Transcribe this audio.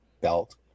belt